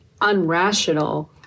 unrational